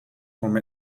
from